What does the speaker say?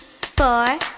four